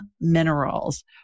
Minerals